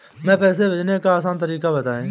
पैसे भेजने का आसान तरीका बताए?